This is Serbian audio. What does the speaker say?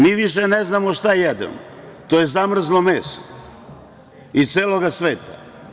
Mi više ne znamo šta jedemo, to je zamrzlo meso iz celog sveta.